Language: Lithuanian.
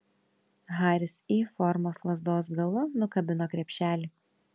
haris y formos lazdos galu nukabino krepšelį